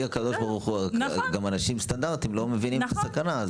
הקדוש ברוך-הוא גם אנשים סטנדרטים לא מבינים את הסכנה.